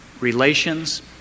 relations